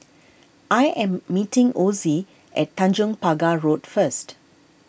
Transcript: I am meeting Osie at Tanjong Pagar Road first